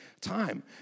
time